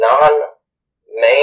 non-Main